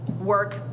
work